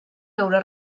beure